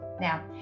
now